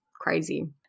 crazy